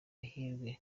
ihirwe